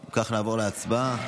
אם כך, נעבור להצבעה.